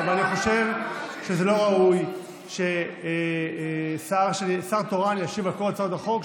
אבל אני חושב שזה לא ראוי ששר תורן ישיב על כל הצעות החוק,